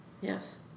yes